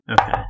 Okay